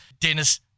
Dennis